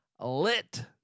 lit